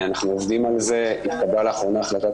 אנחנו עובדים על זה ולאחרונה התקבלה החלטת